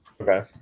Okay